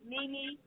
Mimi